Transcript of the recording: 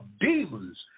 demons